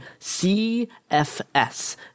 CFS